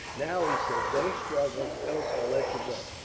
now, he said, don't struggle, else i'll let you go.